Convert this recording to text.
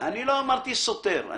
לא אמרתי שסותר.